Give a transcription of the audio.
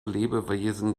lebewesen